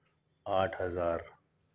آٹھ ہزار